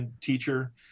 teacher